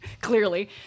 clearly